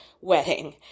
wedding